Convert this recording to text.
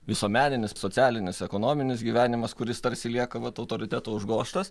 visuomeninis socialinis ekonominis gyvenimas kuris tarsi lieka vat autoriteto užgožtas